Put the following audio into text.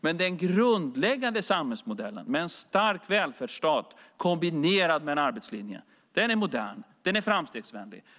Men den grundläggande samhällsmodellen med en stark välfärdsstat kombinerad med en arbetslinje är modern och framstegsvänlig.